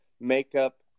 makeup